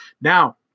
Now